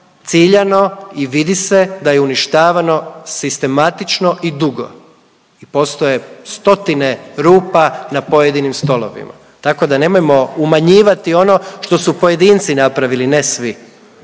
ciljano i vidi se da je uništavano sistematično i dugo i postoje stotine rupa na pojedinim stolovima, tako da nemojmo umanjivati ono što su pojedinci napravili, ne svi.